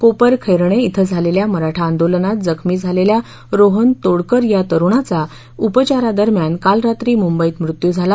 कोपरखेरणे िं झालेल्या मराठा आंदोलनात जखमी झालेला रोहन तोडकर या तरुणाचा उपचारादरम्यान रात्री मुंबईत मृत्यु झाला